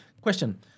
Question